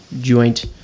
joint